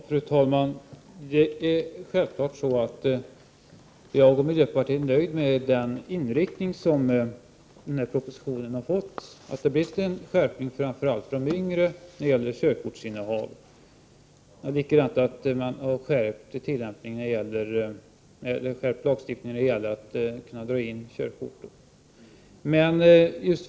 Fru talman! Jag och miljöpartiet i övrigt är självklart nöjda med propositionens inriktning framför allt vad gäller att skärpa reglerna för yngre människors körkortsinnehav. Likaså är vi nöjda med de utökade möjligheterna att dra in körkortet vid trafikbrott.